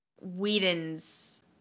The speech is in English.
Whedon's